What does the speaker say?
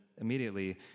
immediately